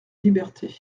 liberté